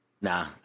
nah